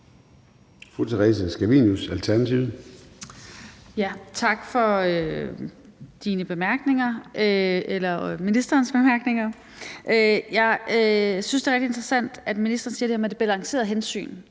Fru Theresa Scavenius, Alternativet. Kl. 21:05 Theresa Scavenius (ALT): Tak for ministerens bemærkninger. Jeg synes, det er rigtig interessant, at ministeren siger det her med det balancerede hensyn,